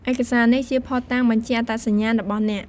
ឯកសារនេះជាភស្តុតាងបញ្ជាក់អត្តសញ្ញាណរបស់អ្នក។